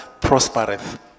prospereth